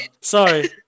Sorry